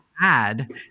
add